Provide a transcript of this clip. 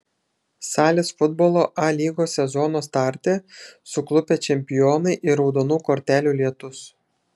salės futbolo a lygos sezono starte suklupę čempionai ir raudonų kortelių lietus